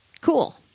Cool